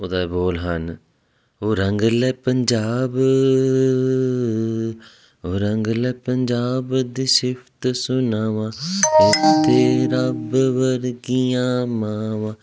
ਉਹਦਾ ਬੋਲ ਹਨ